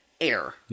air